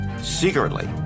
secretly